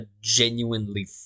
genuinely